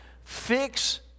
Fix